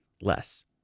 less